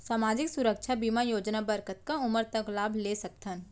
सामाजिक सुरक्षा बीमा योजना बर कतका उमर तक लाभ ले सकथन?